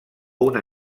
una